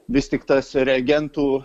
vis tik tas reagentų